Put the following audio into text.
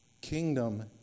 kingdom